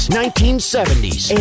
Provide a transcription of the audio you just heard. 1970s